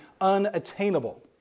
unattainable